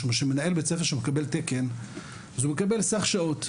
מנהל בית ספר שמקבל תקן אז הוא מקבל סך שעות,